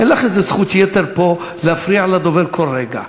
אין לך איזו זכות יתר פה להפריע לדובר כל רגע.